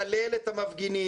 מהלל את המפגינים,